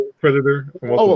Predator